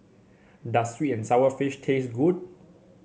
does sweet and sour fish taste good